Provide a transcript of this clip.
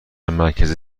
مرکز